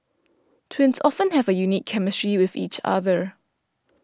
twins often have a unique chemistry with each other